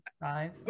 Five